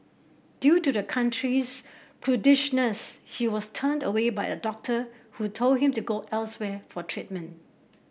due to the country's prudishness he was turned away by a doctor who told him to go elsewhere for treatment